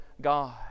God